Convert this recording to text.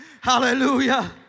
Hallelujah